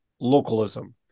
localism